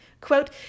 Quote